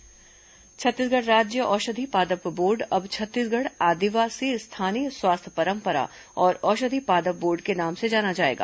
औषधि पादप बोर्ड छत्तीसगढ़ राज्य औषधि पादप बोर्ड अब छत्तीसगढ़ आदिवासी स्थानीय स्वास्थ्य परंपरा और औषधि पादप बोर्ड के नाम से जाना जाएगा